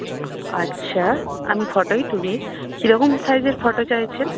আচ্ছা আমি ফটোই তুলি কীরকম সাইজের ফটো চাইছেন